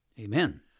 Amen